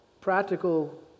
practical